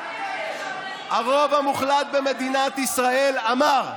הרוב המוחלט במדינת ישראל אמר: